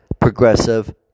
progressive